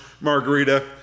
margarita